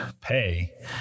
pay